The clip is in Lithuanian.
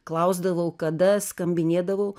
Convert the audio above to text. klausdavau kada skambinėdavau